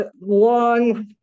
long